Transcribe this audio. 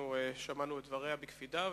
שמענו את דבריה בקפידה,